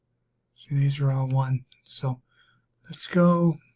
see these are all one so let's go